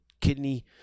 kidney